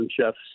chefs